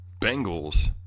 Bengals